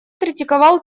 критиковал